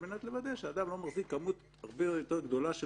על מנת לוודא שאדם לא מחזיק כמות הרבה יותר גדולה של